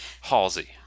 Halsey